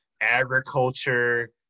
agriculture